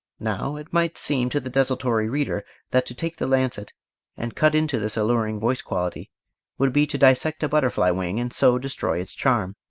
now it might seem to the desultory reader that to take the lancet and cut into this alluring voice quality would be to dissect a butterfly wing and so destroy its charm.